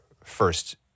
First